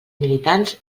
militants